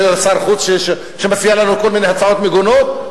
ושר חוץ מציע לנו כל מיני הצעות מגונות.